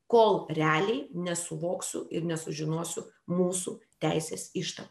kol realiai nesuvoksiu ir nesužinosiu mūsų teisės ištakų